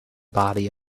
body